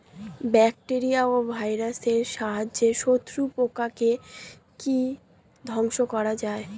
Bacteria ও ভাইরাসের সাহায্যে শত্রু পোকাকে কি ধ্বংস করা যায়?